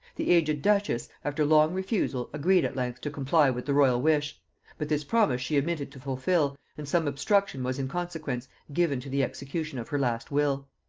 the aged duchess, after long refusal, agreed at length to comply with the royal wish but this promise she omitted to fulfil, and some obstruction was in consequence given to the execution of her last will.